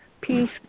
peace